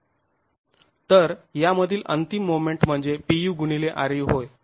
तर यामधील अंतिम मोमेंट म्हणजे Pu x ru होय